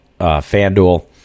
Fanduel